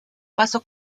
basso